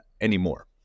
anymore